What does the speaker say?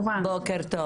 בגלל זה אני אישרתי.